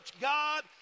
God